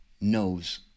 knows